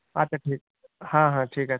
আচ্ছা ঠিক হ্যাঁ হ্যাঁ ঠিক আছে